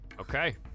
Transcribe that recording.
Okay